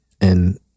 And-